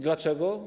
Dlaczego?